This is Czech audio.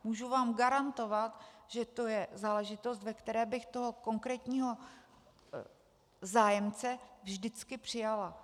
Můžu vám garantovat, že to je záležitost, ve které bych toho konkrétního zájemce vždycky přijala.